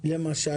למשל?